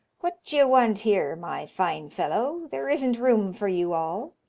what do you want here, my fine fellow? there isn't room for you all.